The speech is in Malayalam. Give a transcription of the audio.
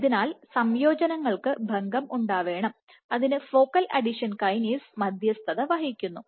അതിനാൽ സംയോജനങ്ങൾക്ക് ഭംഗംഉണ്ടാവേണം അതിന് ഫോക്കൽ അഡീഷൻ കൈനേസ് മധ്യസ്ഥം വഹിക്കുന്നു